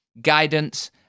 guidance